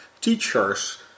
Teachers